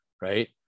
right